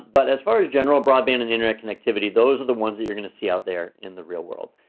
but as far as general broadband and internet and activity, those are the ones you're gonna see out there in the real world.